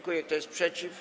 Kto jest przeciw?